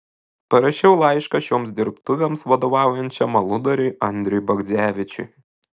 parašiau laišką šioms dirbtuvėms vadovaujančiam aludariui andriui bagdzevičiui